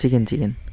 chicken chicken